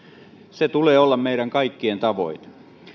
sen tulee olla meidän kaikkien tavoite